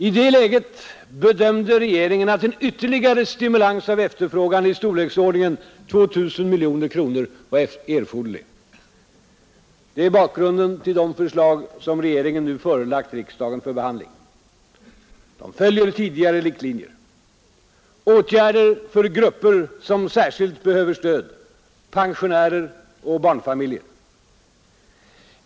I det läget bedömde regeringen att en ytterligare stimulans av efterfrågan i storleksordningen 2 000 miljoner kronor var erforderlig. Det är bakgrunden till de förslag som regeringen nu förelagt riksdagen för behandling. De följer tidigare riktlinjer: Åtgärder för grupper som särskilt behöver stöd — pensionärer och barnfamiljer.